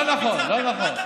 לא ביצעתם 10% מזה.